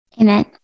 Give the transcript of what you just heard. Amen